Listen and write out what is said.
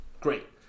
Great